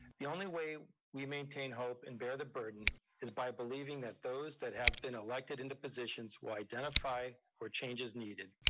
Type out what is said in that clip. the only way we maintain hope and bear the burden is by believing that those that have been elected into positions will identify where change is needed.